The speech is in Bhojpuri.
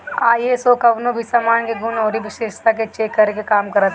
आई.एस.ओ कवनो भी सामान के गुण अउरी विशेषता के चेक करे के काम करत हवे